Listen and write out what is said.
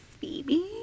Phoebe